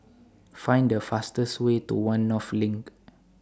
Find The fastest Way to one North LINK